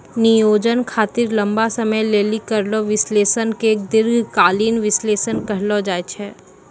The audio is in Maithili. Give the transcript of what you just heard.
नियोजन खातिर लंबा समय लेली करलो विश्लेषण के दीर्घकालीन विष्लेषण कहलो जाय छै